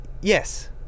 Yes